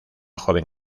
joven